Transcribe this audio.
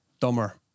dumber